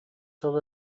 сыл